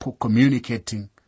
communicating